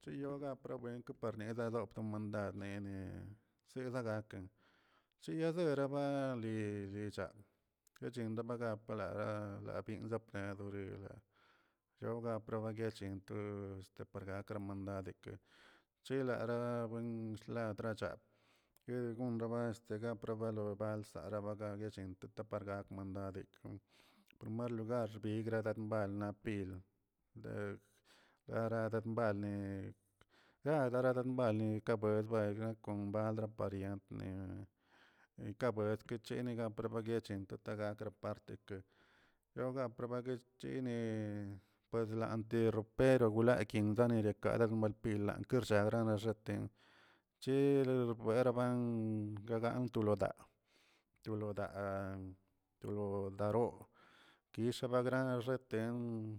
chiyoga proveng neda dobto mandad nenee zida gaken chitaderaba anli guichak guechendobagab aralaa pinza pgoderib shaora probagueech kontror par gake rmandadekə chelaraꞌa undgachan lachaa guen gonraba este gaproba lo bals rabaga rechin tapagakrman adekon promer lugar xbindagradmalgabil de daragadbalmi ga daragadbanli mbaldra parient ka bues kachiniga lobaguechente garparteke roga gaprarban ne parlaters wlakin guinkone gada muel pila ershagranarlleꞌ chil wlereaban gonto lodaa to lo daa tolo daaroo kixa bagrana xete.